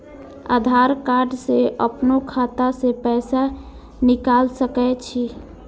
आधार कार्ड से अपनो खाता से पैसा निकाल सके छी?